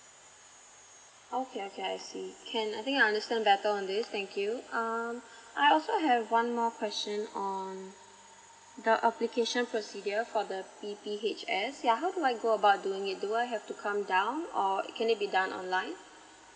okay okay I see can I think I understand better on this thank you um I also have one more question on the application procedure for the p p h s yeah how do I go about doing it do I have to come down or can it be done online